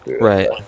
right